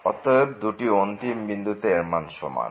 অতএব দুটি অন্তিম বিন্দুতে এর মান সমান